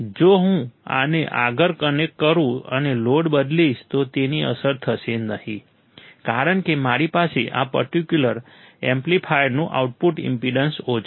જો હું આને આગળ કનેક્ટ કરું અને લોડ બદલીશ તો તેની અસર થશે નહીં કારણ કે મારી પાસે આ પર્ટિક્યુલર એમ્પ્લીફાયરનું આઉટપુટ ઈમ્પેડન્સ ઓછું છે